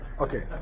okay